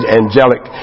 angelic